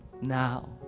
Now